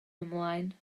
ymlaen